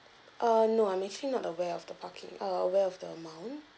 err no I'm actually not aware of the parking err aware of the amount